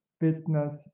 fitness